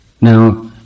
now